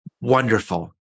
wonderful